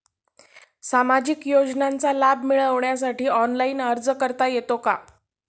सामाजिक योजनांचा लाभ मिळवण्यासाठी ऑनलाइन अर्ज करता येतो का?